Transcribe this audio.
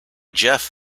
jeff